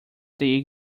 they